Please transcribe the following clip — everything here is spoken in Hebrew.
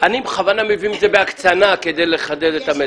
בכוונה מביא את זה בהקצנה כדי לחדד את המסר.